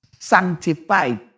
sanctified